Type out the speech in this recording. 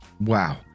Wow